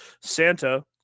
Santa